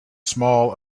small